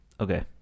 okay